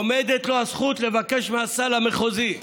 עומדת לו הזכות לבקש מהסל המחוזי.